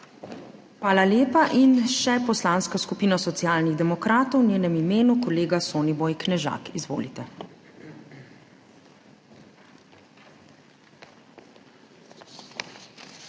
Hvala lepa. In še Poslanska skupina Socialnih demokratov, v njenem imenu kolega Soniboj Knežak. Izvolite. **SONIBOJ